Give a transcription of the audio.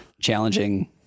challenging